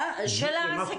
אה, של העסקים.